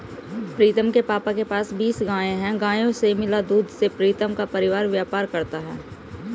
प्रीतम के पापा के पास बीस गाय हैं गायों से मिला दूध से प्रीतम का परिवार व्यापार करता है